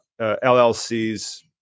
LLC's